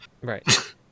Right